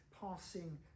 passing